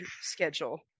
schedule